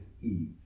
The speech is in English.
Eve